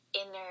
inner